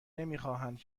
نمیخواهند